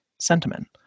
sentiment